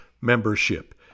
membership